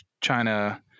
China –